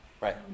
right